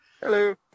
Hello